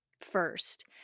first